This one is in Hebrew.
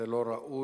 זה לא ראוי